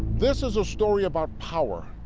this is a story about power.